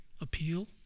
appeal